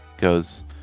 goes